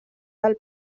del